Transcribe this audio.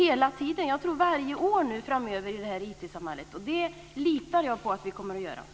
Jag tror vi måste göra det varje år framöver, i IT-samhället. Jag litar på att vi kommer att göra det.